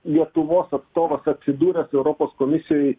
lietuvos atstovas atsidūręs europos komisijoj